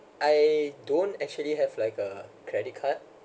I don't actually have like a credit card